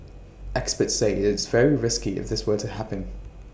experts say IT is very risky if this were to happen